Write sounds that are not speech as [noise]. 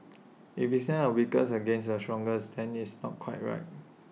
[noise] if we send our weakest against the strongest then it's not quite right